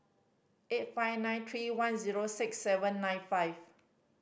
eight five nine three one zero six seven nine five